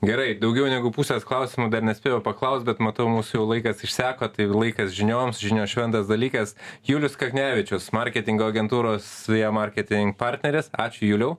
gerai daugiau negu pusės klausimo dar nespėjau paklaust bet matau mūsų jau laikas išseko tai laikas žinioms žinios šventas dalykas julius kaknevičius marketingo agentūros marketing partneris ačiū juliau